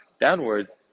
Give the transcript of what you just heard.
downwards